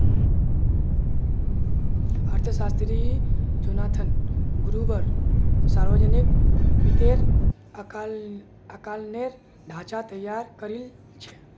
अर्थशास्त्री Jonathan Gruber सावर्जनिक वित्तेर आँकलनेर ढाँचा तैयार करील छेक